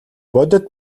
бодит